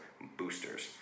boosters